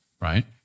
right